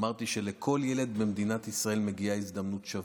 ואמרתי שלכל ילד במדינת ישראל מגיעה הזדמנות שווה.